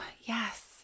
yes